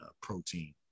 protein